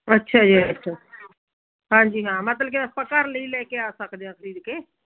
ਅੱਛਾ ਜੀ ਅੱਛਾ ਹਾਂਜੀ ਹਾਂ ਮਤਲਬ ਕਿ ਆਪਾਂ ਘਰ ਲਈ ਲੈ ਕੇ ਆ ਸਕਦੇ ਆ ਖਰੀਦ ਕੇ